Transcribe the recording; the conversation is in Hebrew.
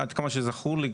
עד כמה שזכור לי,